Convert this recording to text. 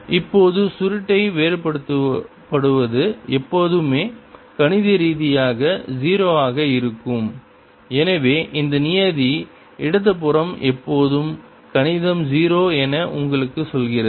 இப்போது சுருட்டை வேறுபடுத்துவது எப்போதுமே கணித ரீதியாக 0 ஆக இருக்கும் எனவே இந்த நியதி இடது புறம் எப்போதும் கணிதம் 0 என உங்களுக்கு சொல்கிறது